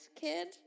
kid